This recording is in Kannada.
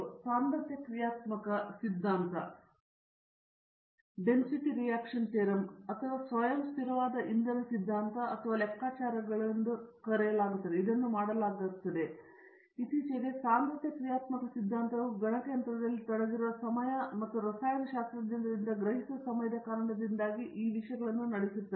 ಇದನ್ನು ಸಾಂದ್ರತೆ ಕ್ರಿಯಾತ್ಮಕ ಸಿದ್ಧಾಂತ ಅಥವಾ ಸ್ವಯಂ ಸ್ಥಿರವಾದ ಇಂಧನ ಸಿದ್ಧಾಂತ ಅಥವಾ ಲೆಕ್ಕಾಚಾರಗಳು ಮಾಡಲಾಗುತ್ತದೆ ಆದರೆ ಇತ್ತೀಚೆಗೆ ಸಾಂದ್ರತೆ ಕ್ರಿಯಾತ್ಮಕ ಸಿದ್ಧಾಂತವು ಗಣಕಯಂತ್ರದಲ್ಲಿ ತೊಡಗಿರುವ ಸಮಯ ಮತ್ತು ರಸಾಯನಶಾಸ್ತ್ರಜ್ಞರಿಂದ ಗ್ರಹಿಸುವ ಸಮಯದ ಕಾರಣದಿಂದಾಗಿ ಈ ಎಲ್ಲ ವಿಷಯಗಳನ್ನೂ ನಡೆಸುತ್ತದೆ